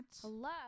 Hello